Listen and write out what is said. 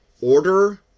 order